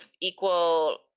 equal